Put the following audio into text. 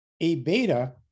A-beta